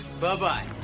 Bye-bye